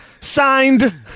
signed